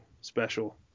special